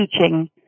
teaching